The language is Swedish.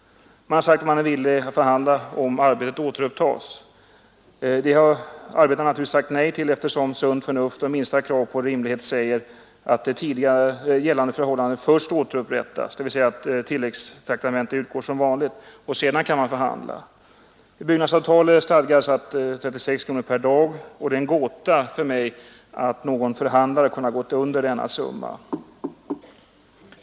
Man har sagt sig vara villig att förhandla om arbetet återupptas. Det har arbetarna givetvis sagt nej till, eftersom sunt förnuft och minsta krav på rimlighet säger att det tidigare gällande förhållandet först måste återupprättas, dvs. att tilläggstraktamentet utgår som vanligt. Sedan kan man förhandla. I byggnadsavtalet stadgas att traktamentet är 40 kronor per dag, och det är en gåta för mig att någon förhandlare kunnat göra upp en lägre summa.